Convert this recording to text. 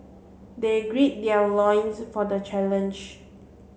they grid their loins for the challenge